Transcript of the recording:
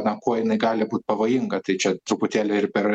na kuo jinai gali būt pavojinga tai čia truputėlį ir per